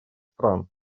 стран